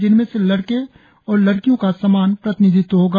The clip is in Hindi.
जिनमें से लड़के और लड़कियों का समान प्रतिनिधित्व होगा